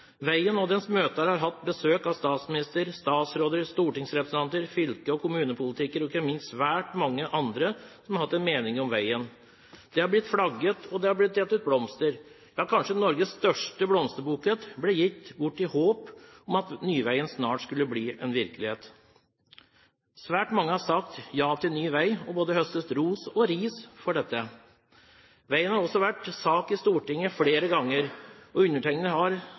Veien og dens møter har hatt besøk av statsminister, statsråder, stortingsrepresentanter, fylkes- og kommunepolitikere og ikke minst av svært mange andre som har hatt en mening om veien. Det er blitt flagget, og det er blitt delt ut blomster – kanskje Norges største blomsterbukett ble gitt bort i håp om at nyveien snart skulle bli en virkelighet. Svært mange har sagt ja til ny vei og har høstet både ros og ris for dette. Veien har også vært oppe som sak i Stortinget flere ganger, og undertegnede har